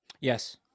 Yes